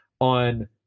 on